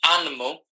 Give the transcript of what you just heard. animal